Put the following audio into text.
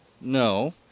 No